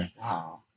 wow